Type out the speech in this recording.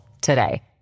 today